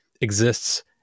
exists